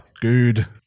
Good